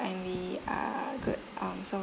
and we are good um so